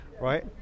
right